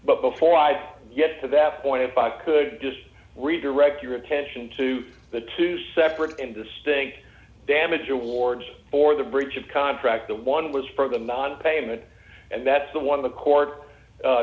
but before i get to that point if i could just redirect your attention to the two separate and distinct damage awards for the breach of contract the one was for the nonpayment and that's the one of the court